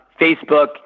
Facebook